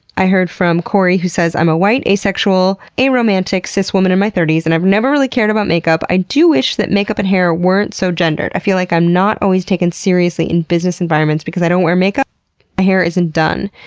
i heard from corey, who says, i'm a white, asexual, aromantic, cis woman in my thirty s and i've never really cared about makeup. i do wish that makeup and hair weren't so gendered. i feel like i'm not always taken seriously in business environments because i don't wear makeup, my hair isn't done.